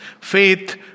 faith